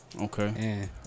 Okay